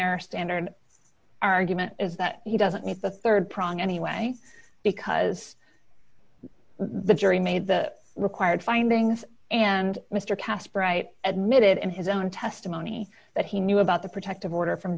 our standard argument is that he doesn't need the rd prong anyway because the jury made the required findings and mister kast bright admitted in his own testimony that he knew about the protective order from